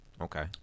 Okay